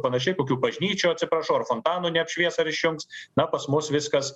panašiai kokių bažnyčių atsiprašau ar fontanų neapšvies ar išjungs na pas mus viskas